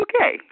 okay